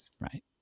right